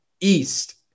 east